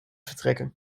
vertrekken